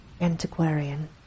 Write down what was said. Antiquarian